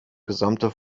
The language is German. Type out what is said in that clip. gesamte